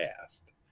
past